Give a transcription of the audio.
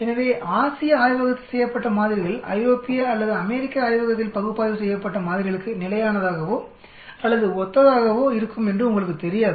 எனவே ஆசிய ஆய்வகத்தில் செய்யப்பட்ட மாதிரிகள் ஐரோப்பிய அல்லது அமெரிக்க ஆய்வகத்தில் பகுப்பாய்வு செய்யப்பட்ட மாதிரிகளுக்கு நிலையானதாகவோ அல்லது ஒத்ததாகவோ இருக்கும் என்று உங்களுக்குத் தெரியாது